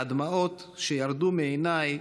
והדמעות שירדו מעיניי